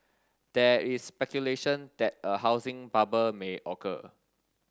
there is speculation that a housing bubble may occur